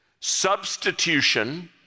substitution